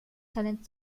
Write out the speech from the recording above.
talent